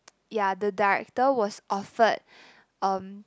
yeah the director was offered um